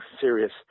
serious